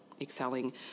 excelling